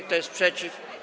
Kto jest przeciw?